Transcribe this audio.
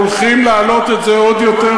אנחנו הולכים להעלות את זה עוד יותר,